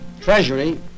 Treasury